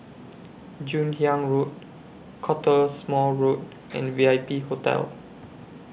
Joon Hiang Road Cottesmore Road and V I P Hotel